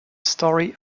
story